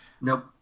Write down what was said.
Nope